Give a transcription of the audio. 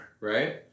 Right